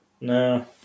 No